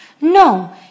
no